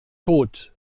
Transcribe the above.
tot